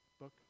book